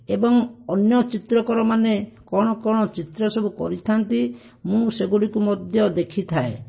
ଏବଂ ଅନ୍ୟ ଚିତ୍ରକରମାନେ କଣ କଣ ଚିତ୍ର ସବୁ କରିଥାନ୍ତି ମୁଁ ସେଗୁଡ଼ିକୁ ମଧ୍ୟ ଦେଖିଥାଏ